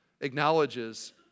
acknowledges